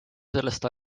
sellest